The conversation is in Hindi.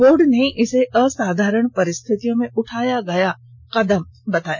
बोर्ड ने इसे असाधारण परिस्थितियों में उठाया गया कदम बताया